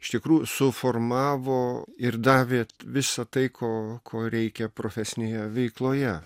iš tikrų suformavo ir davė visa tai ko ko reikia profesinėje veikloje